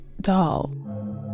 doll